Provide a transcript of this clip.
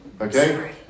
Okay